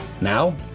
Now